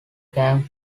gang